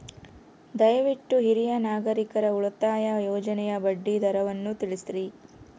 ದಯವಿಟ್ಟು ಹಿರಿಯ ನಾಗರಿಕರ ಉಳಿತಾಯ ಯೋಜನೆಯ ಬಡ್ಡಿ ದರವನ್ನು ತಿಳಿಸ್ರಿ